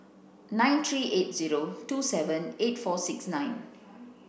nine three eight zero two seven eight four six nine